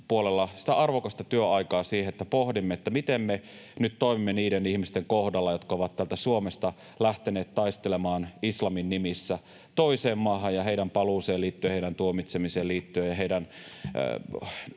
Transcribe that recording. puolella, sitä arvokasta työaikaa, siihen, että pohdimme, miten me nyt toimimme niiden ihmisten kohdalla, jotka ovat täältä Suomesta lähteneet taistelemaan islamin nimissä toiseen maahan, heidän paluuseensa liittyen, heidän tuomitsemiseensa liittyen ja siihen,